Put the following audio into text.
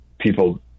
people